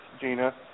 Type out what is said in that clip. Gina